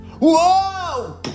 whoa